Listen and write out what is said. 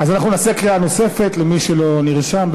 נעשה קריאה נוספת למי שלא נרשם.